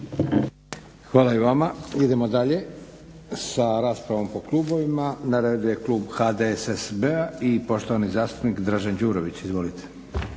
Hvala i vama. Idemo dalje sa raspravom po klubovima. Na redu je Klub HDSSB-a i poštovani zastupnik Dražen Đurović. Izvolite.